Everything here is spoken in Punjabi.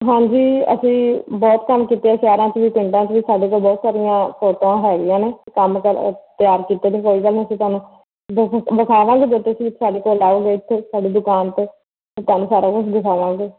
ਹਾਂਜੀ ਅਸੀਂ ਬਹੁਤ ਕੰਮ ਕੀਤੇ ਸ਼ਹਿਰਾਂ 'ਚ ਵੀ ਪਿੰਡਾਂ 'ਚ ਵੀ ਸਾਡੇ ਕੋਲ ਬਹੁਤ ਸਾਰੀਆਂ ਫੋਟੋਆਂ ਹੈਗੀਆਂ ਨੇ ਕੰਮ ਕਾ ਤਿਆਰ ਕੀਤੇ ਨੇ ਕੋਈ ਗੱਲ ਨਹੀਂ ਅਸੀਂ ਤੁਹਾਨੂੰ ਵਿਖਾਵਾਂਗੇ ਜਦੋਂ ਤੁਸੀਂ ਸਾਡੇ ਕੋਲ ਆਓਗੇ ਇੱਥੇ ਸਾਡੇ ਦੁਕਾਨ 'ਤੇ ਤੁਹਾਨੂੰ ਸਾਰਾ ਕੁਝ ਦਿਖਾਵਾਂਗੇ